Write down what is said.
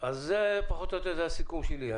אז זה פחות או יותר הסיכום שלי.